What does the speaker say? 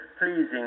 pleasing